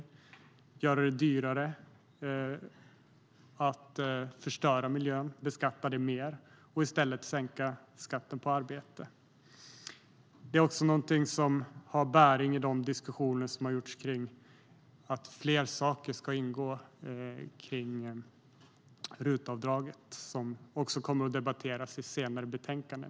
Man vill göra det dyrare att förstöra miljön och i stället sänka skatten på arbete. Detta har också bäring på diskussionerna om att låta fler saker ingå i RUT-avdraget. Detta kommer att debatteras i senare betänkanden.